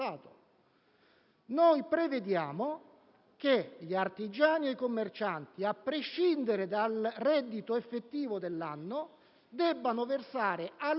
si prevede che gli artigiani e i commercianti, a prescindere dal reddito effettivo fatturato nell'anno, debbano versare almeno